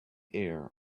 air